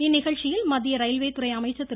இந்நிகழ்ச்சியில் மத்திய ரயில்வே அமைச்சர் திரு